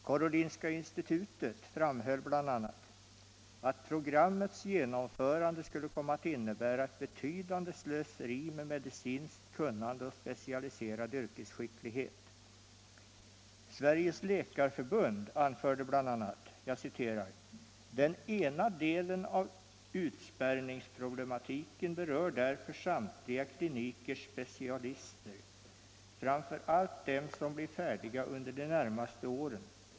Karolinska institutet framhöll bl.a. att programmets genomförande skulle komma att innebära ett betydande slöseri med medicinskt kunnande och specialiserad yrkesskicklighet. Sveriges läkarförbund anförde bl.a.: ”Den ena delen av utspärrningsproblematiken berör därför samtliga klinikers specialister, framför allt dem som blir färdiga under de närmaste åren.